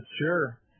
sure